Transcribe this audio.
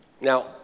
Now